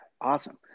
awesome